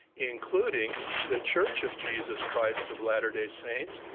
including the church of jesus christ of latter-day saints,